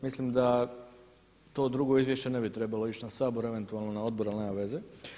Mislim da to drugo izvješće ne bi trebalo ići na Sabor, eventualno na odbor ali nema veze.